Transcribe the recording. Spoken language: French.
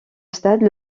stade